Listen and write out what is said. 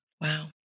Wow